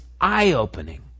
eye-opening